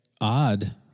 odd